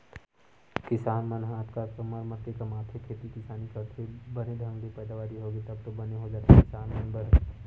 किसान मन ह अतका अतका मर मर के कमाथे खेती किसानी करथे बने ढंग ले पैदावारी होगे तब तो बने हो जाथे किसान मन बर